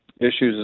issues